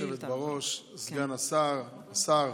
גברתי היושבת-ראש, סגן השר, השר,